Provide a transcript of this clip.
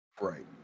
Right